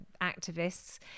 activists